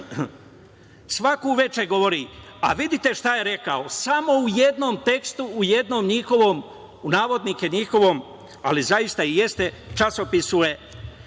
na N1 CIA, govori, vidite šta je rekao samo u jednom tekstu, u jednom njihovom, navodnike njihovom, ali zaista jeste časopisu